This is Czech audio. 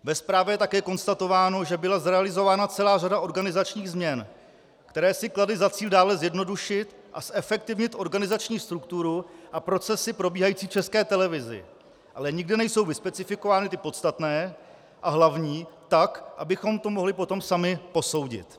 Ve zprávě je také konstatováno, že byla zrealizována celá řada organizačních změn, které si kladly za cíl dále zjednodušit a zefektivnit organizační strukturu a procesy probíhající v České televizi, ale nikde nejsou vyspecifikovány ty podstatné a hlavní tak, abychom to potom mohli sami posoudit.